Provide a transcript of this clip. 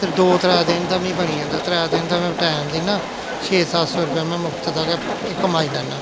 दौ त्रै दिन दा मी बनी जंदा त्रै दिन दा में टैम दिन्ना छे सत्त सौ रपेआ में मुख्त दा गै एह् कमाई लैन्ना